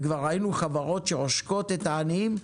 וכבר ראינו חברות שעושקות את העניים,